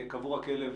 שכאן קבור הכלב,